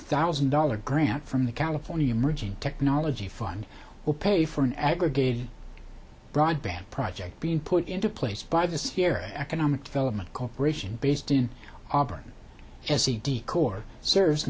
thousand dollars grant from the california merging technology fund will pay for an aggregated broadband project being put into place by this year economic development corporation based in auburn as he decor serves